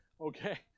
okay